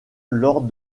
lors